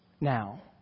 now